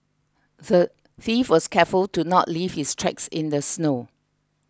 the thief was careful to not leave his tracks in the snow